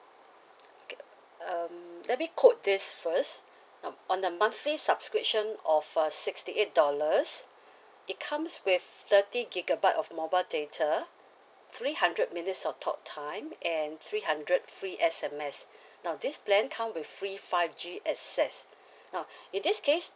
okay um let me quote this first now on a monthly subscription of uh sixty eight dollars it comes with thirty gigabyte of mobile data three hundred minutes of talk time and three hundred free S_M_S now this plan come with free five G access now in this case